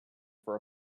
for